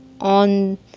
on